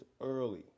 early